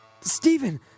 Stephen